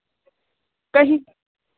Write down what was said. कहीं